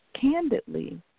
candidly